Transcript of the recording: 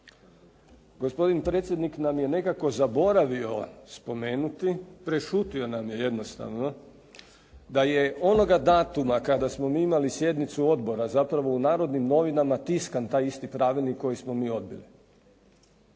Gospodin predsjednik je nekako zaboravio spomenuti, prešutio nam je jednostavno da je onoga datuma kada smo mi imali sjednicu odbora, zapravo u "Narodnim novinama" tiskan taj isti pravilnik koji smo mi odbili.